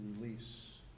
release